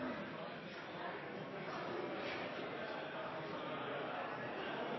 at jeg får